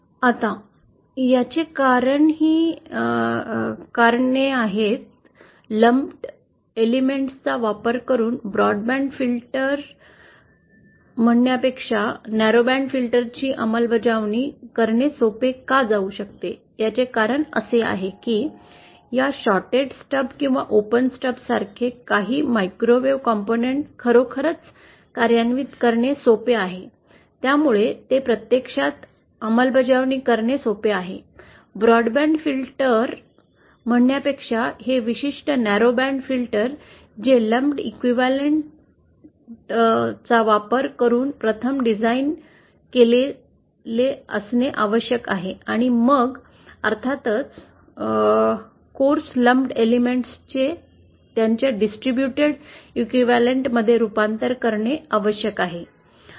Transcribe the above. आता याचे कारण ही कारणे आहेत लंपेड एलीमेंट्स चा वापर करून ब्रॉडबँड फिल्टर म्हणण्यापेक्षा न्यारो बँड फिल्टर ची अंमलबजावणी करणे सोपे का जाऊ शकते याचे कारण असे आहे की या शॉर्ट्ड स्टब किंवा ओपन स्टबसारखे काही मायक्रोवेव्ह घटक खरोखरच कार्यान्वित करणे सोपे आहे त्यामुळे ते प्रत्यक्षात अंमलबजावणी करणे सोपे आहे ब्रॉडबँड फिल्टर म्हणण्यापेक्षा हे विशिष्ट न्यारो बँड फिल्टर जे लंपेड एलेमेंट इक्विवलेंट चा वापर करून प्रथम डिझाईन केलेले असणे आवश्यक आहे आणि मग अर्थातच कोर्स लंपेड एलीमेंट्स चे त्यांच्या डिस्ट्रीब्यूटड इक्विवलेंट मध्ये रूपांतर करणे आवश्यक आहे